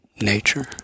nature